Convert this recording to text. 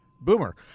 Boomer